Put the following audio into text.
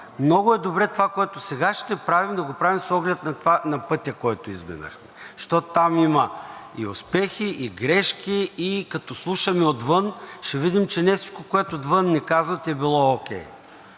много е добре това, което сега ще правим, да го правим с оглед на пътя, който изминахме, защото там има и успехи, и грешки, и като слушаме отвън, ще видим, че не всичко, което отвън ни казват, е било